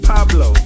Pablo